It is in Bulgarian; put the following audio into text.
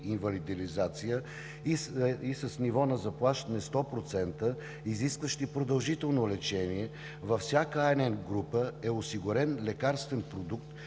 инвалидизация, и с ниво на заплащане 100%, изискващи продължително лечение, във всяка INN група е осигурен лекарствен продукт,